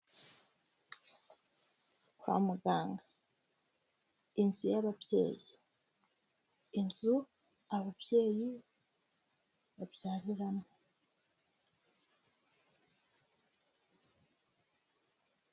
Kwa muganga, inzu y'ababyeyi, inzu ababyeyi babyariramo.